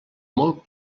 molt